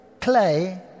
clay